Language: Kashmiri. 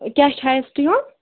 کیٛاہ چھُ ہایَسٹ یِوان